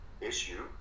issue